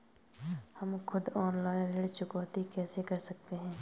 हम खुद ऑनलाइन ऋण चुकौती कैसे कर सकते हैं?